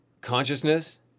Consciousness